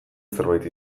zerbait